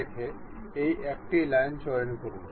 আসুন আমরা আগের সবগুলো সরিয়ে ফেলি